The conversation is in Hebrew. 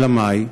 אלא מאי?